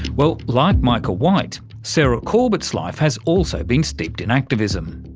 well, like micah white, sarah corbett's life has also been steeped in activism.